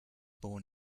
born